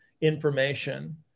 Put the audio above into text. information